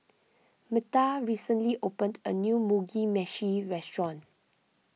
Metha recently opened a new Mugi Meshi restaurant